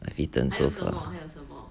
I have eaten so far